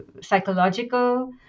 psychological